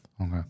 Okay